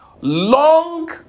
Long